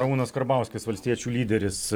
ramūnas karbauskis valstiečių lyderis